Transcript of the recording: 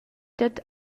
dad